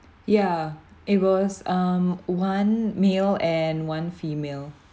ya it was um one male and one female